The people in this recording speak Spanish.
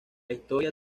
historia